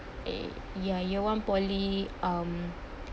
eh ya year one poly um